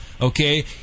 Okay